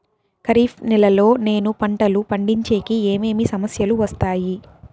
ఖరీఫ్ నెలలో నేను పంటలు పండించేకి ఏమేమి సమస్యలు వస్తాయి?